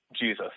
Jesus